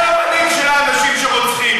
אתה המנהיג של האנשים שרוצחים,